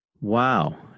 Wow